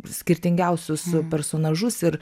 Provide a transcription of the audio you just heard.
skirtingiausius personažus ir